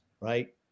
right